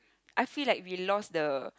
I feel like we lost the